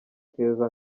keza